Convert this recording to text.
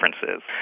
differences